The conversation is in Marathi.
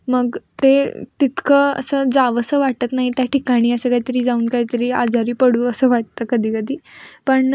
मग ते तितकं असं जावंसं वाटत नाही त्या ठिकाणी असं काहीतरी जाऊन काहीतरी आजारी पडू असं वाटतं कधी कधी पण